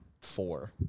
four